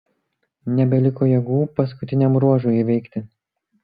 nebeliko jėgų paskutiniam ruožui įveikti